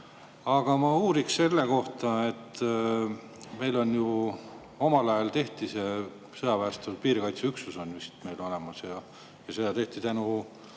Aga ma uurin selle kohta, et meil ju omal ajal tehti sõjaväestatud piirikaitse üksus. See on meil olemas ja seda tehti tänu